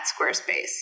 Squarespace